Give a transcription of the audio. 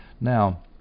Now